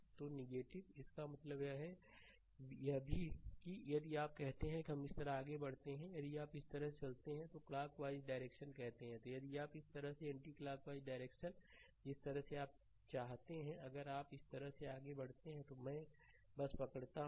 तो इस मामले में यह भी है कि यदि आप कहते हैं कि हम इस तरह आगे बढ़ते हैं यदि आप इस तरह से चलते हैं तो क्लॉक वाइजडायरेक्शन कहते हैं यदि आप इस तरह से या एंटिक्लॉकवाइज डायरेक्शन जिस तरह से आप चाहते हैं अगर आप इस तरह से आगे बढ़ते हैं तो मैं बस पकड़ता हूं